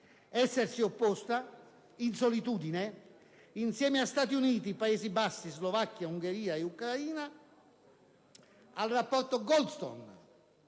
essersi opposta, in solitudine, insieme a Stati Uniti, Paesi Bassi, Slovacchia, Ungheria e Ucraina, al «Rapporto Goldstone».